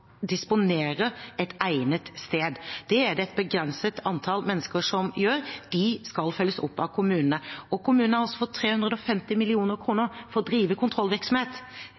et egnet sted. Det er det et begrenset antall mennesker som gjør. De skal følges opp av kommunene, og kommunene har altså fått 350 mill. kr for å drive kontrollvirksomhet.